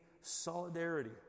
solidarity